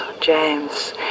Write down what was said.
James